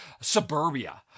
suburbia